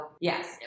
yes